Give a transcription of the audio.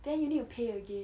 then you need to pay again